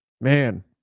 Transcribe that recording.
Man